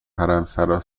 حرمسرا